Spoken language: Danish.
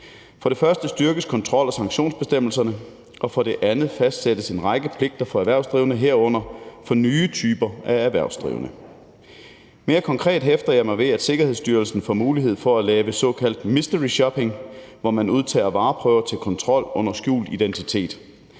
For det første styrkes kontrol- og sanktionsbestemmelserne, og for det andet fastsættes en række pligter for erhvervsdrivende, herunder for nye typer af erhvervsdrivende. Mere konkret hæfter jeg mig ved, at Sikkerhedsstyrelsen får mulighed for at lave såkaldt mystery shopping, hvor man udtager vareprøver til kontrol under skjult identitet.